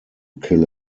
kill